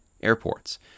airports